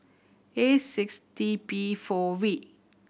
A six T P four V